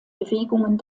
bewegungen